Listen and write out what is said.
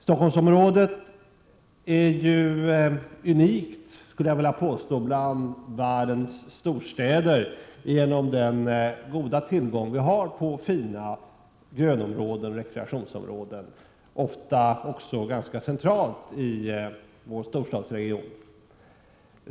Jag skulle vilja påstå att Stockholmsområdet är unikt bland världens storstäder genom den goda tillgång som vi här har på fina grönområden och rekreationsområden, ofta ganska centralt inom regionen.